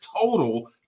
total